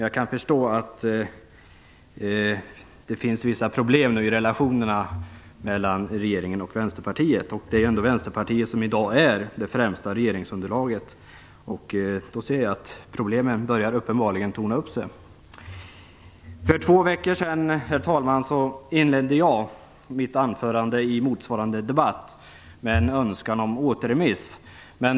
Jag kan förstå att det finns vissa problem i relationerna mellan regeringen och Vänsterpartiet. Det är ändå Vänsterpartiet som i dag är det främsta regeringsunderlaget. Problemen börjar uppenbarligen tona upp sig. Herr talman! För två veckor sedan inledde jag mitt anförande i motsvarande debatt med en önskan om återremiss.